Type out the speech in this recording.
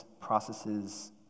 processes